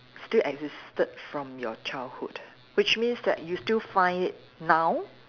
still existed from your childhood which means that you still find it now